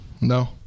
No